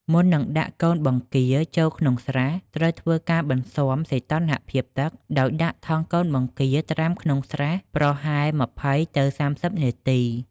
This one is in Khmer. មុននឹងដាក់កូនបង្គាចូលក្នុងស្រះ ត្រូវធ្វើការបន្សាំសីតុណ្ហភាពទឹក ដោយដាក់ថង់កូនបង្គាត្រាំក្នុងស្រះប្រហែល ២០ ទៅ ៣០ នាទី។